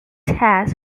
has